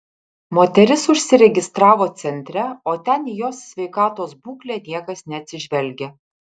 moteris užsiregistravo centre o ten į jos sveikatos būklę niekas neatsižvelgia